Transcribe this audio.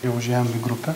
jau užėjom į grupę